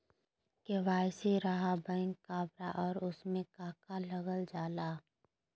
KYC रहा back cover और उसमें का का लागल जाला?